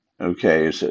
okay